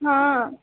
हां